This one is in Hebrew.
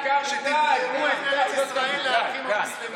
שתמכרו את ארץ ישראל לאחים המוסלמים?